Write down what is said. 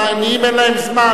לעניים אין זמן,